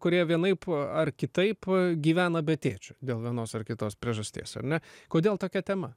kurie vienaip ar kitaip gyvena be tėčio dėl vienos ar kitos priežasties ar ne kodėl tokia tema